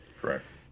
Correct